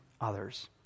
others